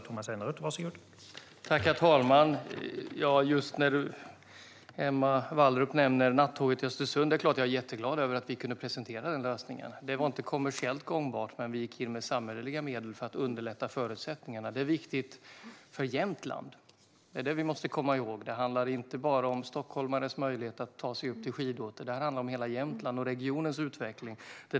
Herr talman! Emma Wallrup nämnde nattåget till Östersund. Det är klart att jag är jätteglad över att vi kunde presentera den lösningen. Det var inte kommersiellt gångbart, men vi gick in med samhälleliga medel för att underlätta förutsättningarna. Det är viktigt för Jämtland - det måste vi komma ihåg. Det handlar inte bara om stockholmares möjlighet att ta sig upp till skidorter, utan det handlar om hela Jämtland och regionens utveckling.